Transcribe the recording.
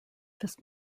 this